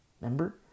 Remember